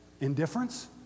Indifference